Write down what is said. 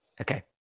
Okay